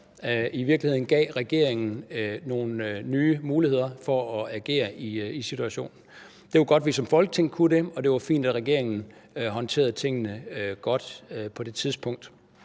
i virkeligheden gav regeringen nogle nye muligheder for at agere i situationen. Det var godt, at vi som Folketing kunne det, og det var fint, at regeringen håndterede tingene godt på det tidspunkt.